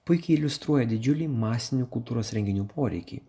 puikiai iliustruoja didžiulį masinių kultūros renginių poreikį